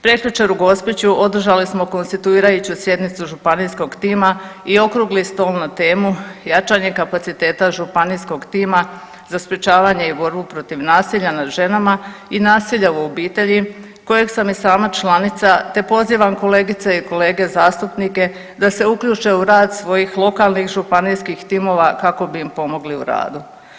Prekjučer u Gospiću održali smo konstituirajuću sjednicu županijskog tima i okrugli stol na temu „Jačanje kapaciteta županijskog tima za sprječavanje i borbu protiv nasilja nad ženama i nasilja u obitelji“ kojeg sam i sama članica, te pozivam kolegice i kolege zastupnike da se uključe u rad svojih lokalnih županijskih timova kako bi im pomogli u radu.